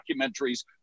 documentaries